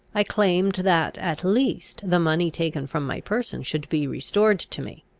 i claimed that, at least, the money taken from my person should be restored to me.